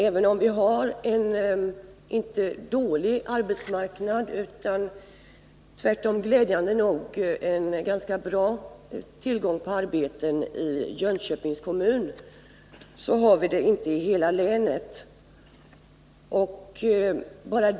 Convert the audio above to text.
Även om vi har en arbetsmarknad som inte är dålig, utan tvärtom glädjande nog har ganska bra tillgång på arbeten i Jönköpings kommun, så har vi det inte i hela länet.